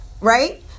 Right